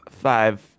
Five